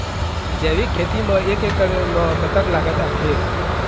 जैविक खेती म एक एकड़ म कतक लागत आथे?